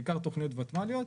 בעיקר תכניות ותמ"ליות,